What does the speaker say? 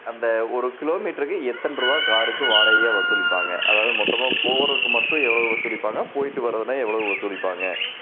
அந்த ஒரு கிலோமீட்டருக்கு எத்தனை ரூபா காருக்கு வாடகையாக வசூலிப்பாங்க அதாவது மொத்தமாக போகுறதுக்கு மட்டும் எவ்வளோவு வசூலிப்பாங்க போய்ட்டு வரதுன்னா எவ்வளோவு வசூலிப்பாங்க